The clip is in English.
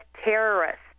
terrorists